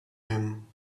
him